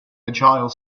agile